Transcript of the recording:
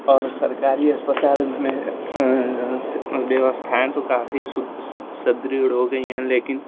और सरकारी अस्पताल में स व्यवस्थाएँ तो काफ़ी सुद स सुदृढ़ हो गई हैं लेकिन